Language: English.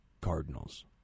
Cardinals